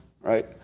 right